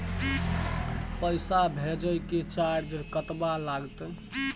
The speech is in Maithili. पैसा भेजय के चार्ज कतबा लागते?